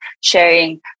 sharing